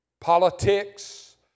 Politics